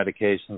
medications